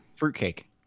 Fruitcake